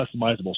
customizable